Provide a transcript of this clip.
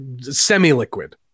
semi-liquid